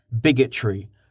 bigotry